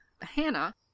Hannah